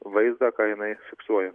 vaizdą ką jinai fiksuoja